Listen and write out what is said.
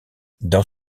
dans